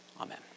amen